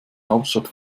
hauptstadt